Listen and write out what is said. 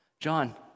John